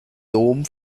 dom